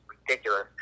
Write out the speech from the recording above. ridiculous